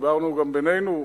דיברנו גם בינינו,